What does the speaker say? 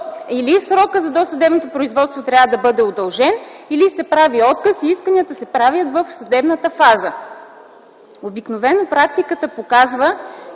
или срокът за досъдебното производство трябва да бъде удължен, или се прави отказ и исканията се правят в съдебната фаза. Обикновено практиката показва,